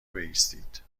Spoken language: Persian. بایستید